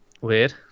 weird